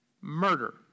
murder